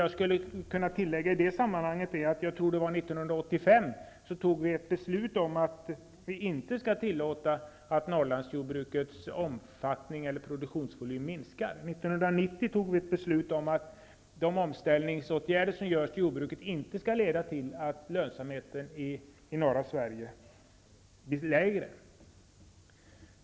Jag skulle kunna tillägga i det sammanhanget att vi -- jag tror att det var 1985 -- fattade ett beslut om att vi inte skall tillåta att Norrlandsjordbrukets omfattning eller produktionsvolym minskar. 1990 tog vi ett beslut om att de omställningsåtgärder som vidtas i jordbruket inte skall leda till att lönsamheten i norra Sverige blir lägre.